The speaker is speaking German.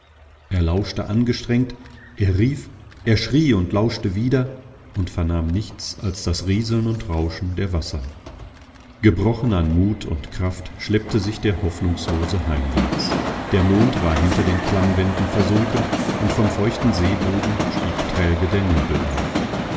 er lauschte angestrengt er rief er schrie und lauschte wieder und vernahm nichts als das rieseln und rauschen der wasser gebrochen an mut und kraft schleppte sich der hoffnungslose heimwärts der mond war hinter den klammwänden versunken und vom feuchten seeboden stieg träge der nebel auf